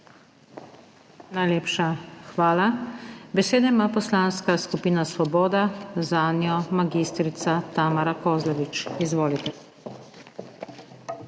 Najlepša hvala. Besedo ima Poslanska skupina Svoboda, zanjo mag. Tamara Kozlovič. Izvolite.